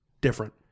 different